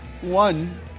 one